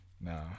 Nah